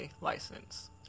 license